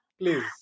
Please